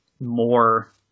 more